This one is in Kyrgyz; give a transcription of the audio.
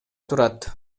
турат